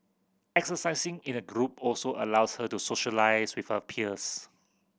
exercising in a group also allows her to socialise with her peers